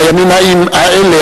בימים האלה,